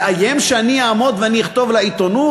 לאיים שאני אעמוד ואכתוב לעיתונות?